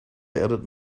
edit